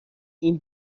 این